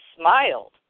smiled